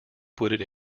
wooded